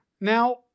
Now